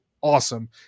awesome